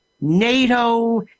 NATO